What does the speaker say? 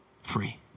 free